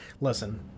Listen